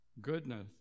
goodness